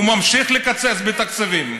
הוא ממשיך לקצץ בתקציבים.